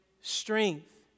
strength